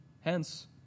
Hence